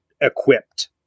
equipped